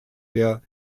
der